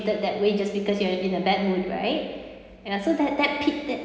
that way just because you are in a bad mood right and uh so that that picked it